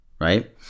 right